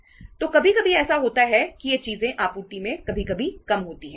तो कभी कभी ऐसा होता है कि ये चीजें आपूर्ति में कभी कभी कम होती हैं